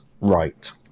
right